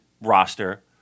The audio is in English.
roster